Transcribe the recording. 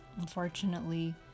Unfortunately